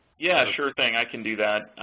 yeah, sure thing i can do that.